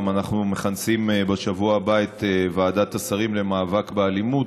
אנחנו מכנסים בשבוע הבא את ועדת השרים למאבק באלימות,